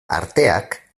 arteak